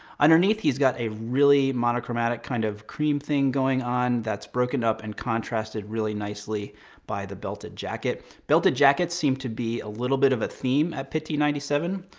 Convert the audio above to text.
underneath he's got a really monochromatic kind of cream thing going on, that's broken up and contrasted really nicely by the belted jacket. belted jackets seem to be a little bit of a theme at pitti ninety seven.